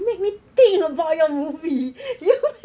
make me think about your movie you